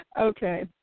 Okay